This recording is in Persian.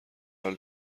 حال